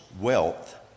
wealth